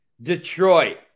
Detroit